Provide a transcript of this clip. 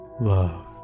love